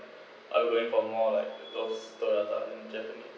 I will aim for more like the those Toyata in japanese